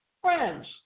friends